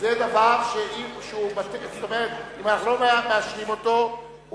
זה דבר שאם אנחנו לא מאשרים אותו,